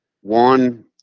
One